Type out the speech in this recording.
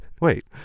Wait